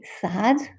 sad